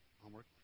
homework